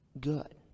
good